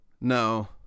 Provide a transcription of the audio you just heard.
No